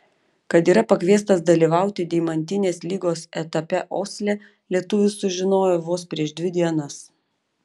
kad yra pakviestas dalyvauti deimantinės lygos etape osle lietuvis sužinojo vos prieš dvi dienas